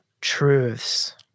truths